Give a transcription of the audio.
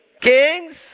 Kings